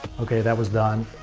okay that was done,